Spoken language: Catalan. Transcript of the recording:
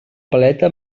paleta